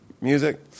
music